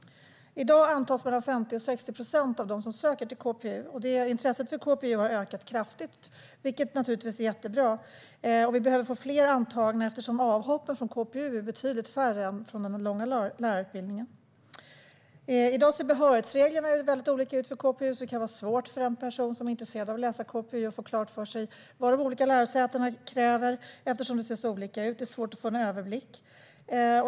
I dag antas mellan 50 och 60 procent av dem som söker till en KPU. Intresset för KPU har ökat kraftigt, vilket naturligtvis är jättebra. Vi behöver få fler antagna eftersom avhoppen från KPU:n är betydligt färre än från den långa lärarutbildningen. I dag ser behörighetsreglerna för KPU väldigt olika ut, så det kan vara svårt för en person som är intresserad av att läsa en KPU att få klart för sig vad de olika lärosätena kräver. Det ser nämligen olika ut, och det är svårt att få en överblick.